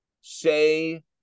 say